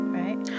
right